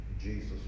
Jesus